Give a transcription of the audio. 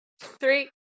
Three